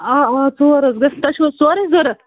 اَوا اَوا ژور حظ گٔژھ تۄہہِ چھُوا ژورَے ضروٗرت